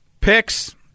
Picks